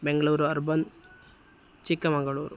Bengaluru urban Chikkamagaluru